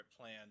plan